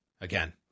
Again